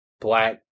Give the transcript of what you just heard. black